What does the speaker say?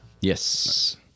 yes